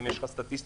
אם יש לך סטטיסטיקה,